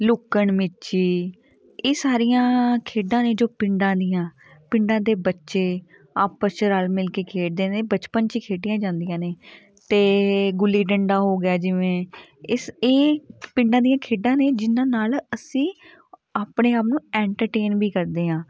ਲੁੱਕਣ ਮੀਚੀ ਇਹ ਸਾਰੀਆਂ ਖੇਡਾਂ ਨੇ ਜੋ ਪਿੰਡਾਂ ਦੀਆਂ ਪਿੰਡਾਂ ਦੇ ਬੱਚੇ ਆਪਸ 'ਚ ਰਲ ਮਿਲ ਕੇ ਖੇਡਦੇ ਨੇ ਬਚਪਨ 'ਚ ਖੇਡੀਆਂ ਜਾਂਦੀਆਂ ਨੇ ਅਤੇ ਗੁੱਲੀ ਡੰਡਾ ਹੋ ਗਿਆ ਜਿਵੇਂ ਇਸ ਇਹ ਪਿੰਡਾਂ ਦੀਆਂ ਖੇਡਾਂ ਨੇ ਜਿਨ੍ਹਾਂ ਨਾਲ ਅਸੀਂ ਆਪਣੇ ਆਪ ਨੂੰ ਐਂਟਰਟੇਨ ਵੀ ਕਰਦੇ ਹਾਂ